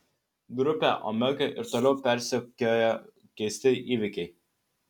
grupę omega ir toliau persekioja keisti įvykiai